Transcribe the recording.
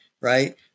right